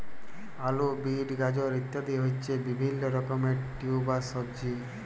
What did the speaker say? আলু, বিট, গাজর ইত্যাদি হচ্ছে বিভিল্য রকমের টিউবার সবজি